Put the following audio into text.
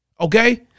okay